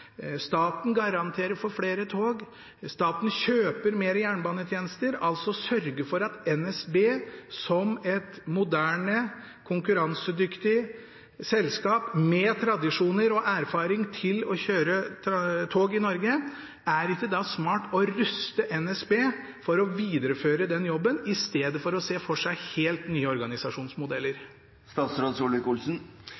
staten garanterer for flere tog, at staten kjøper mer jernbanetjenester, altså å sørge for at NSB er et moderne konkurransedyktig selskap med tradisjoner og erfaring med å kjøre tog i Norge – i stedet for å se for seg helt nye organisasjonsmodeller?